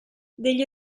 degli